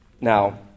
Now